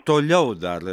toliau dar